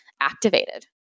activated